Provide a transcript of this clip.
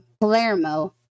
Palermo